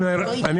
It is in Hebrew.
כן, כן.